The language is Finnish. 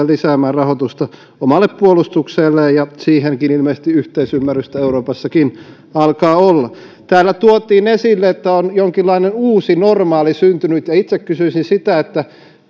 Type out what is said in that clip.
lisäämään rahoitusta omalle puolustukselleen ja siihenkin ilmeisesti yhteisymmärrystä euroopassakin alkaa olla täällä tuotiin esille että on jonkinlainen uusi normaali syntynyt itse kysyisin sitä että